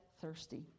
thirsty